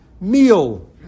meal